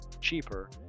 cheaper